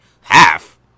half